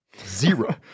Zero